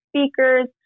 speakers